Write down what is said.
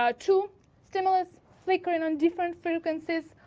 ah two stimulus flickering on different frequencies.